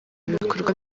ibikorwa